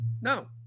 No